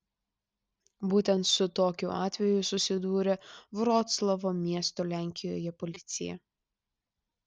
būtent su tokiu atveju susidūrė vroclavo miesto lenkijoje policija